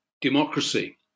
democracy